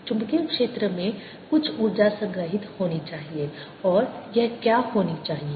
चुंबकीय क्षेत्र में कुछ ऊर्जा संग्रहीत होनी चाहिए और यह क्या होनी चाहिए